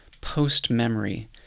post-memory